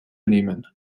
nehmen